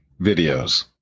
videos